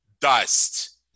dust